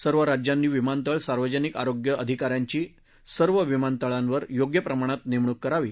सर्व राज्यांनी विमानतळ सार्वजनिक आरोग्य अधिकाऱ्यांची सर्व विमानतळावर योग्य प्रमाणात नेमणूक करावी